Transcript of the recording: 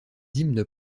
hymnes